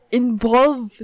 involve